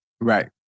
Right